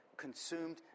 consumed